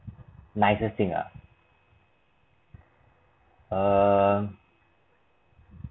nicest thing ah err